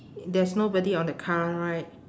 there's nobody on the car right